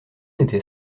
était